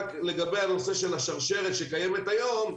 שרק לגבי הנושא של השרשרת שקיימת היום,